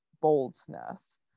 boldness